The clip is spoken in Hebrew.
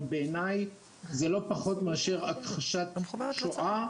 אבל בעיניי זה לא פחות מאשר הכחשת שואה.